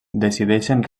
decideixen